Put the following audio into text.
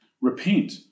Repent